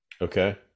Okay